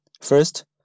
First